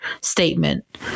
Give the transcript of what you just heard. statement